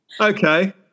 Okay